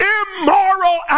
immoral